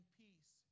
peace